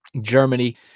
germany